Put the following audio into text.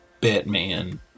Batman